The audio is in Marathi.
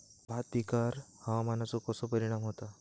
भात पिकांर हवामानाचो कसो परिणाम होता?